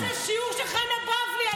ואתה, מה זה, שיעור של חנה בבלי על הדוכן.